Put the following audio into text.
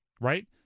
right